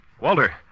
Walter